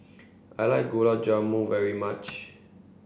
I like Gulab Jamun very much